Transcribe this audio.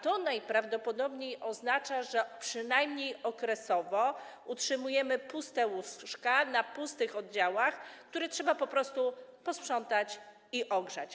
To najprawdopodobniej oznacza, że przynajmniej okresowo utrzymujemy puste łóżka na pustych oddziałach, które trzeba po prostu posprzątać i ogrzać.